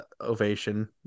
ovation